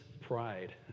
pride